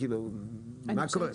מה קורה?